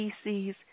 species